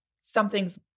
Something's